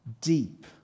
deep